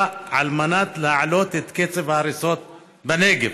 על מנת להעלות את קצב ההריסות בנגב,